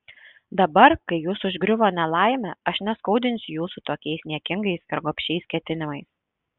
dabar kai jus užgriuvo nelaimė aš neskaudinsiu jūsų tokiais niekingais ir gobšiais ketinimais